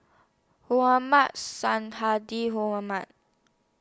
Mohmad Sonhadji